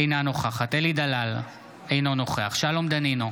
אינה נוכחת אלי דלל, אינו נוכח שלום דנינו,